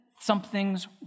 something's